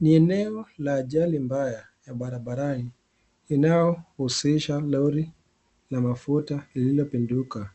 Ni eneo la ajali mbaya ya barabarani. Inayohusisha lori la mafuta lililopinduka